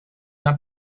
not